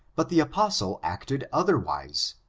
but the apostle acted otherwise,